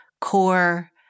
core